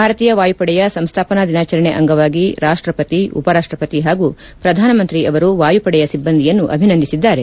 ಭಾರತೀಯ ವಾಯುಪಡೆಯ ಸಂಸ್ಥಪನಾ ದಿನಾಚರಣೆ ಅಂಗವಾಗಿ ರಾಷ್ಟಪತಿ ಉಪರಾಷ್ಟಪತಿ ಹಾಗೂ ಪ್ರಧಾನಮಂತ್ರಿ ಅವರು ವಾಯುಪಡೆಯ ಸಿಬ್ಬಂದಿಯನ್ನು ಅಭಿನಂದಿಸಿದ್ದಾರೆ